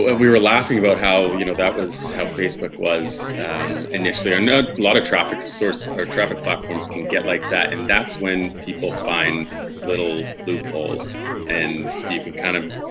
we were laughing about how you know that was how facebook was um initially. i know a lot of traffic source or traffic platforms can get like that and that's when people find little loopholes and you can kind of